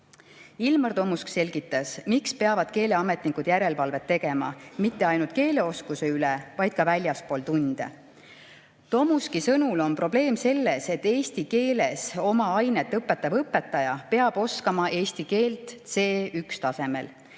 Ilmar Tomusk selgitas, miks peavad keeleametnikud järelevalvet tegema keeleoskuse üle ka väljaspool tunde. Tomuski sõnul on probleem selles, et eesti keeles oma ainet õpetav õpetaja peab oskama eesti keelt C1‑tasemel.